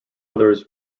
others